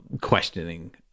questioning